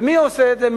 ומי עושה את זה?